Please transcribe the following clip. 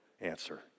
answer